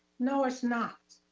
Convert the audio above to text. no, it's not.